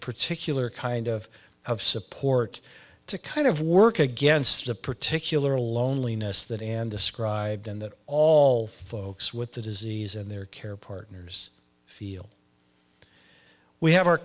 particular kind of support to kind of work against the particular loneliness that and described in that all folks with the disease and their care partners feel we have our